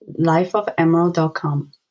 lifeofemerald.com